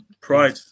pride